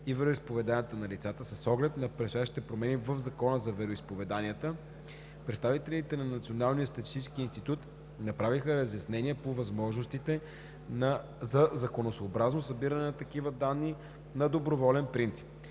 и вероизповеданието на лицата с оглед на предстоящите промени в Закона за вероизповеданията, представителите на Националния статистически институт направиха разяснения по възможностите за законосъобразното събиране на такива данни на доброволен принцип.